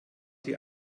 die